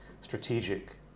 strategic